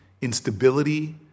instability